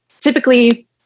typically